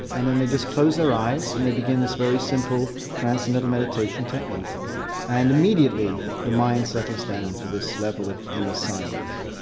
and then they just close their eyes and they begin this very simple transcendental meditation technique and immediately the mind settles down to this level of inner silence.